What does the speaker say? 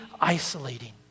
isolating